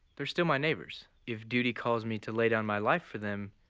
they're still my neighbors. if duty calls me to lay down my life for them,